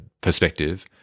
perspective